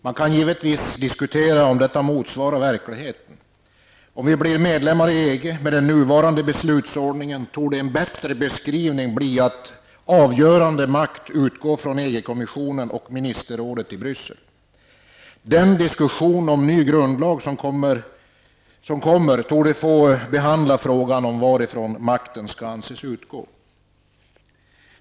Man kan givetvis diskutera om detta motsvarar verkligheten. Om vi blir medlemmar i EG, med nuvarande beslutsordning, torde en bättre beskrivning bli att avgörande makt utgår från EG-kommissionen och ministerrådet i Bryssel. Den diskussion om ny grundlag som kommer torde få behandla frågan om varifrån makten skall anses utgå.